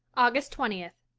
august twentieth.